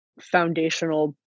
foundational